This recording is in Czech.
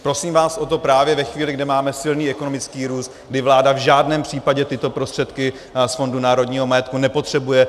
Prosím vás o to právě ve chvíli, kdy máme silný ekonomický růst, kdy vláda v žádném případě tyto prostředky z Fondu národního majetku nepotřebuje.